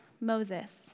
Moses